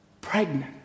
pregnant